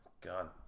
God